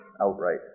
outright